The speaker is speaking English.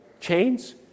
chains